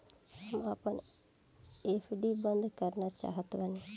हम आपन एफ.डी बंद करना चाहत बानी